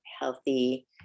healthy